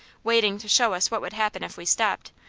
waiting to show us what would happen if we stopped,